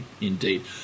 indeed